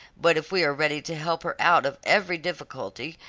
but if we are ready to help her out of every difficulty,